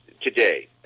today